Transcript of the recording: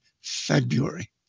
February